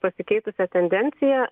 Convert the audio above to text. pasikeitusią tendenciją